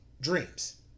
dreams